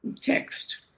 text